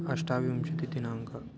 अष्टाविंशतिदिनाङ्कः